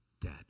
Dead